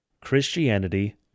Christianity